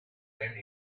bend